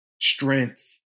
strength